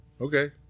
Okay